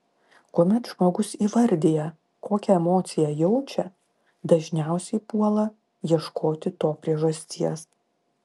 kuomet žmogus įvardija kokią emociją jaučia dažniausiai puola ieškoti to priežasties